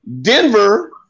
Denver